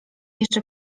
jeszcze